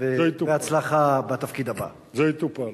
וזה יטופל.